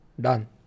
Done।